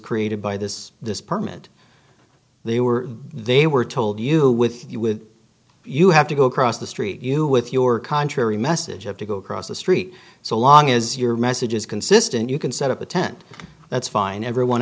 created by this this permit they were they were told you with you would you have to go across the street you with your contrary message have to go across the street so long as your message is consistent you can set up a tent that's fine everyone